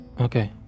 Okay